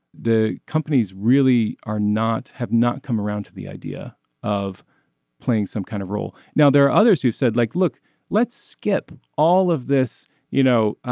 the companies really are not have not come around to the idea of playing some kind of role. now there are others who said like look let's skip all of this you know